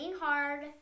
hard